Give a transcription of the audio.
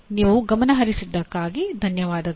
ನೀವು ಗಮನಹರಿಸಿದ್ದಕ್ಕಾಗಿ ಧನ್ಯವಾದಗಳು